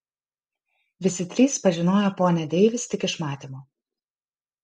visi trys pažinojo ponią deivis tik iš matymo